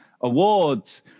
Awards